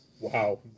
wow